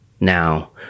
now